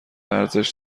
ارزش